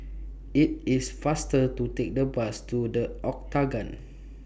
IT IS faster to Take The Bus to The Octagon